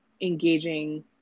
engaging